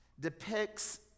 depicts